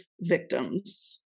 victims